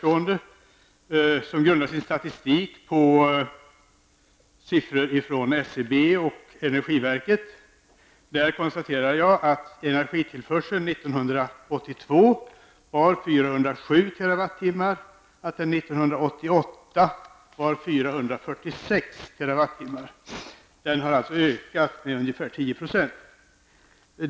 Där anförs statistik som grundas på siffror från SCB och energiverket, och jag konstaterar att energitillförseln 1982 var 407 TWh och att den 1988 var 446 TWh. Den har alltså ökat med ungefär 10 %.